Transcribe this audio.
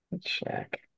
Check